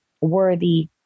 worthy